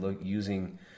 using